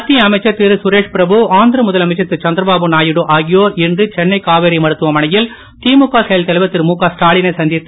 மத்திய அமைச்சர் திருகரேஷ் பிரபு ஆந்திர முதலமைச்சர் திருகந்திரபாபு நாயுடு ஆகியோர் இன்று சென்னை காவேரி மருத்துவமனையில் திமுக செயல் தலைவர் திரு முகஸ்டாலி னை சந்தித்து